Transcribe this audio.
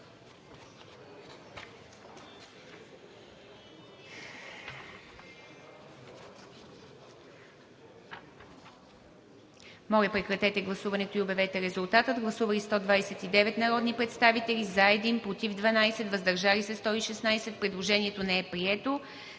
Моля, прекратете гласуването и обявете резултата. Гласували 194 народни представители: за 96, против 80, въздържали се 18. Предложението не е прието.